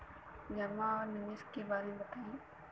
जमा और निवेश के बारे मे बतायी?